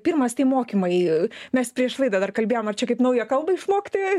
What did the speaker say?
pirmas tai mokymai mes prieš laidą dabar kalbėjome ar čia kaip naują kalbą išmokti